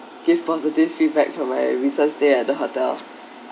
give positive feedback from a recent stay at the hotel